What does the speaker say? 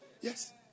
Yes